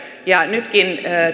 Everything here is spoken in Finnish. nytkin